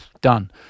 Done